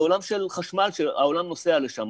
לעולם של חשמל שהעולם נוסע לשם.